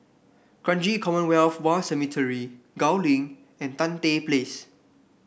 Kranji Commonwealth War Cemetery Gul Link and Tan Tye Place